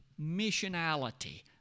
missionality